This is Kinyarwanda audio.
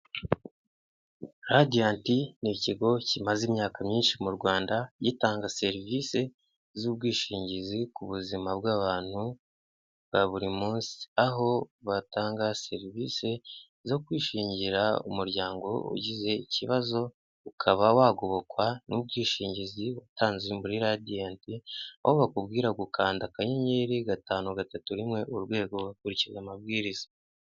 ''Radiant'', ni ikigo kimaze imyaka myinshi mu Rwanda gitanga serivisi z'ubwishingizi ku buzima bw'abantu bwa buri munsi; aho batanga serivisi zo kwishingira umuryango ugize ikibazo ukaba wagobokwa n'ubwishingizi watanze muri Radiant, aho bakubwira gukanda akanyenyeri, gatanu, gatatu,,rimwe, urwego ugakurikiza amabwiriza,